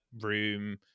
room